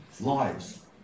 lives